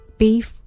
beef